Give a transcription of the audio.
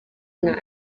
nka